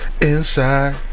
Inside